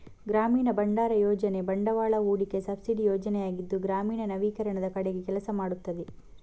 ಗ್ರಾಮೀಣ ಭಂಡಾರ ಯೋಜನೆ ಬಂಡವಾಳ ಹೂಡಿಕೆ ಸಬ್ಸಿಡಿ ಯೋಜನೆಯಾಗಿದ್ದು ಗ್ರಾಮೀಣ ನವೀಕರಣದ ಕಡೆಗೆ ಕೆಲಸ ಮಾಡುತ್ತದೆ